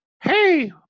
hey